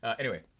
anyway,